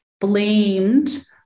blamed